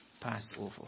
Passover